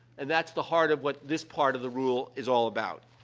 and that's the heart of what this part of the rule is all about.